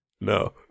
No